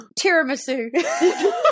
Tiramisu